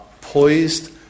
poised